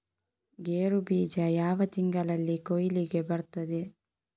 ಗೇರು ಬೀಜ ಯಾವ ತಿಂಗಳಲ್ಲಿ ಕೊಯ್ಲಿಗೆ ಬರ್ತದೆ?